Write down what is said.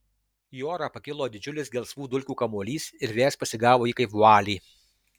į orą pakilo didžiulis gelsvų dulkių kamuolys ir vėjas pasigavo jį kaip vualį